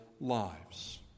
lives